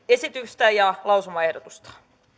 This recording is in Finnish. esitystä ja lausumaehdotusta